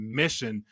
mission